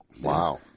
Wow